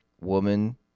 woman